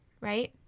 right